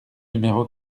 numéro